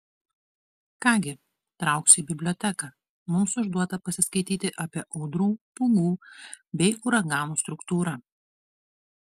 ką gi trauksiu į biblioteką mums užduota pasiskaityti apie audrų pūgų bei uraganų struktūrą